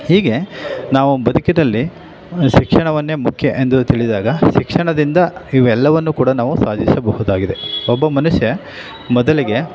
ಹೀಗೆ ನಾವು ಬದುಕಿದಲ್ಲಿ ಶಿಕ್ಷಣವನ್ನೇ ಮುಖ್ಯ ಎಂದು ತಿಳಿದಾಗ ಶಿಕ್ಷಣದಿಂದ ಇವೆಲ್ಲವನ್ನೂ ಕೂಡ ನಾವು ಸಾಧಿಸಬಹುದಾಗಿದೆ ಒಬ್ಬ ಮನುಷ್ಯ ಮೊದಲಿಗೆ